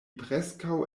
preskaŭ